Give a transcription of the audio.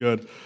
Good